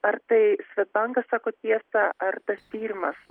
ar tai svedbankas sako tiesą ar tas tyrimas